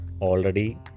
already